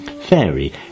Fairy